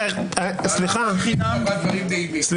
הוא מדבר --- להסתה.